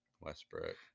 Westbrook